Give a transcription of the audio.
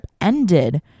ended